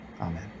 amen